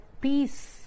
peace